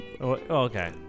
Okay